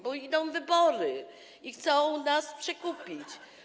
Bo idą wybory i chcą nas przekupić.